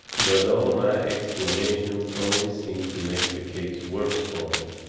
but all my explanations only seemed to make the case worse for me.